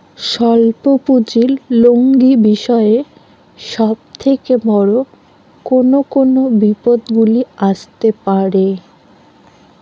স্বল্প পুঁজির লগ্নি বিষয়ে সব থেকে বড় কোন কোন বিপদগুলি আসতে পারে?